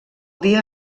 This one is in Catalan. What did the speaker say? dia